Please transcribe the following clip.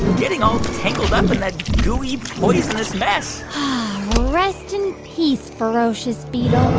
getting all tangled up in that gooey, poisonous mess rest in peace, ferocious beetle